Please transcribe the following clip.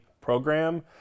program